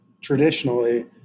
traditionally